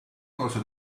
corso